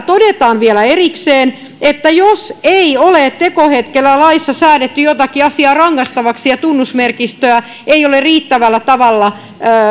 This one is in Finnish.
todetaan vielä erikseen että jos ei ole tekohetkellä laissa säädetty jotakin asiaa rangaistavaksi ja tunnusmerkistöä ei ole riittävällä tavalla